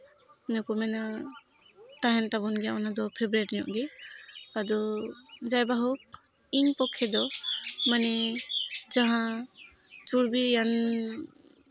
ᱤᱱᱟᱹ ᱠᱚ ᱢᱮᱱᱟ ᱛᱟᱦᱮᱱ ᱛᱟᱵᱚᱱ ᱜᱮᱭᱟ ᱚᱱᱟᱫᱚ ᱯᱷᱮᱵᱟᱨᱤᱴ ᱧᱚᱜ ᱜᱮ ᱟᱫᱚ ᱡᱟᱭ ᱵᱟ ᱦᱳᱠ ᱤᱧ ᱯᱚᱠᱠᱷᱮ ᱫᱚ ᱢᱟᱱᱮ ᱡᱟᱦᱟᱸ ᱪᱚᱨᱵᱤᱭᱟᱱ